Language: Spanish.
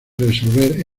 resolver